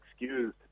excused